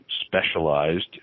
specialized